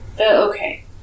Okay